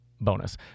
bonus